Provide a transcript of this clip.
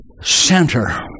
center